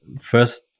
first